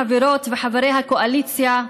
חברות וחברי הקואליציה,